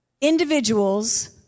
individuals